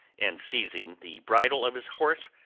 and seizing the bridle of his horse,